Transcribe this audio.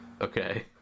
Okay